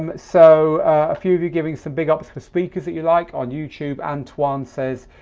um so a few of you giving some big ups for speakers that you like. on youtube, antoine says